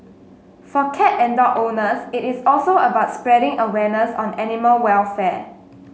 for cat and dog owners it is also about spreading awareness on animal welfare